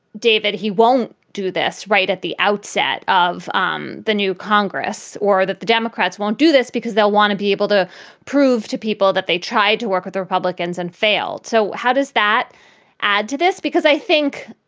david, he won't do this right at the outset of um the new congress or that the democrats won't do this because they'll want to be able to prove to people that they tried to work with the republicans and fail. so how does that add to this? because i think,